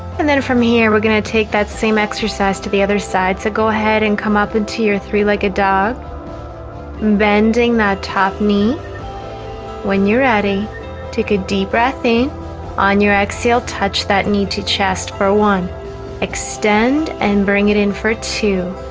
and then from here, we're gonna take that same exercise to the other side so go ahead and come up into your three-legged dog bending that top knee when you're ready take a deep breath in on your exhale touch that need to chest for one extend and bring it in for two